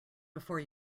before